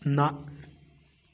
نہَ